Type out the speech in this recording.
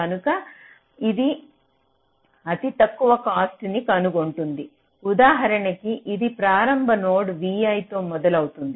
కనుక ఇది అతి తక్కువ కాస్ట్ ని కనుగొంటుంది ఉదాహరణకు ఇది ప్రారంభ నోడ్ vi తో మొదలవుతుంది